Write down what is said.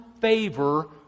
favor